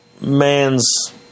man's